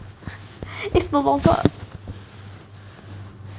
it's no longer